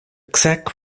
czech